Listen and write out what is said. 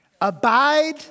Abide